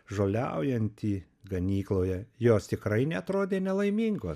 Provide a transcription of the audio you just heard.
žoliaujantį ganykloje jos tikrai neatrodė nelaimingos